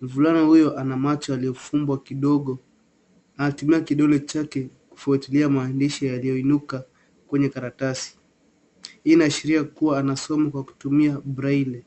Mvulana huyo ana macho yaliyovumbwa kidogo na anatumia kidole chake kufuatilia maandishi yaliyoinuka kwenye karatasi. Hii inaashiria kuwa anasoma kwa kutumia braille.